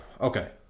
Okay